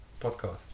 Podcast